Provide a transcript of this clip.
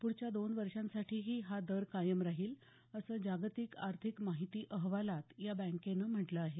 पुढच्या दोन वर्षांसाठीही हा दर कायम राहील असं जागतिक आर्थिक माहिती अहवालात या बँकेनं म्हटलं आहे